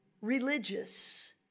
religious